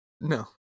no